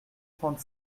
trente